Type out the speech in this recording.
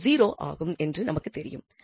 இது 0 ஆகும் என்று நமக்குத் தெரியும்